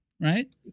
right